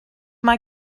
mae